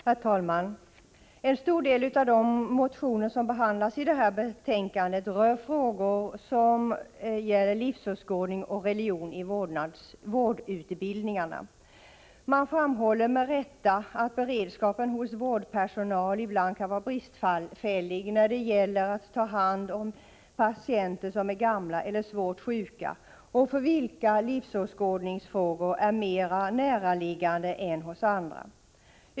Herr talman! En stor del av de motioner som behandlas i detta betänkande rör frågor om livsåskådning och religion i vårdutbildningarna. Man framhål 149 ler med rätta att beredskapen hos vårdpersonal ibland kan vara bristfällig när det gäller att ta hand om patienter som är gamla eller svårt sjuka och för vilka livsåskådningsfrågor är mer näraliggande än hos andra.